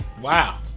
Wow